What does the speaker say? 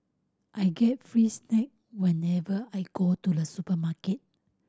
I get free snack whenever I go to the supermarket